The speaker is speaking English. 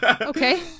Okay